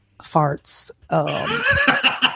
farts